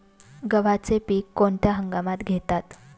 गव्हाचे पीक कोणत्या हंगामात घेतात?